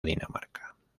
dinamarca